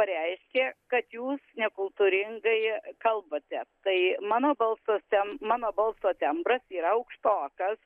pareiškė kad jūs nekultūringai kalbate tai mano balsas tem mano balso tembras yra aukštokas